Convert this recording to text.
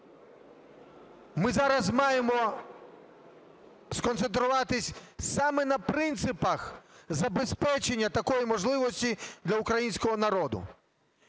Ми зараз маємо сконцентруватися саме на принципах забезпечення такої можливості для українського народу.